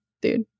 Dude